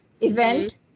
event